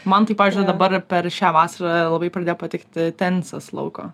man tai pavyzdžiui dabar per šią vasarą labai pradėjo patikti tenisas lauko